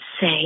say